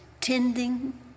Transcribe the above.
tending